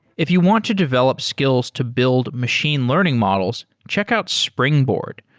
if you want to develop skills to build machine learning models, check out springboard.